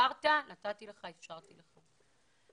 יברקן: איך המדינה קולטת 35,000 עולים בשנה?